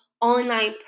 online